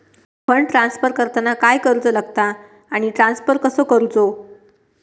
Fund transfer करताना काय करुचा लगता आनी ट्रान्स्फर कसो करूचो?